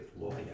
lawyer